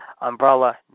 umbrella